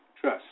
trust